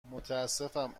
متاسفم